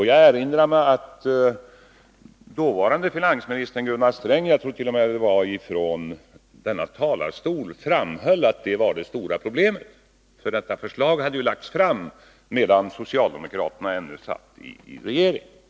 Jag erinrar mig att dåvarande finansministern Gunnar Sträng — jag tror t.o.m. det skedde från kammarens talarstol — framhöll att det var det stora problemet; förslaget hade ju lagts fram medan socialdemokraterna ännu var i regeringsställning.